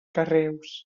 carreus